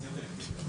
--- סלקטיביות.